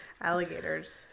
alligators